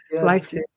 life-